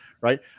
right